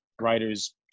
writers